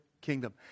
kingdom